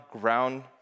ground